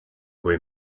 kui